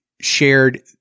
shared